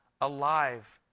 alive